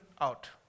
out